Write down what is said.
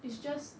it's just